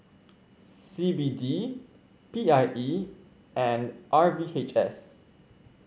C B D P I E and R V H S